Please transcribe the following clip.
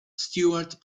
stewart